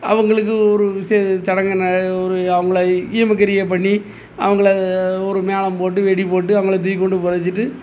அவங்களுக்கு ஒரு விஷே சடங்கு ந ஒரு அவங்கள ஈமக்கரியம் பண்ணி அவங்கள ஒரு மேளம் போட்டு வெடி போட்டு அவங்கள தூக்கி கொண்டு புதச்சிட்டு